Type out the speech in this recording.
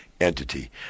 entity